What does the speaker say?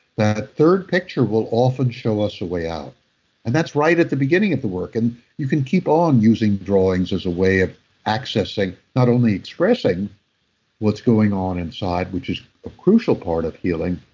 that third picture will often show us a way out and that's right at the beginning of the work. and you can keep on using drawings as a way of accessing not only expressing what's going on inside which is a crucial part of healing,